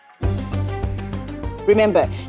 Remember